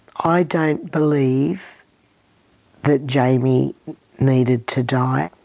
i don't believe that jamie needed to die.